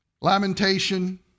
lamentation